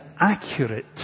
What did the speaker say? accurate